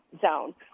zone